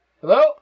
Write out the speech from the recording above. hello